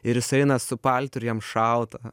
ir jis eina su paltu ir jam šalta